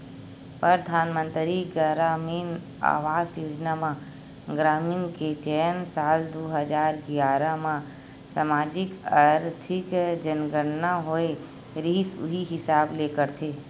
परधानमंतरी गरामीन आवास योजना म ग्रामीन के चयन साल दू हजार गियारा म समाजिक, आरथिक जनगनना होए रिहिस उही हिसाब ले करथे